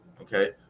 Okay